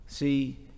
See